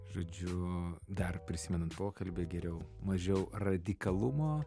žodžiu dar prisimenan pokalbį geriau mažiau radikalumo